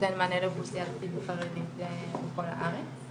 נותן מענה לאוכלוסייה דתית וחרדית בכל הארץ.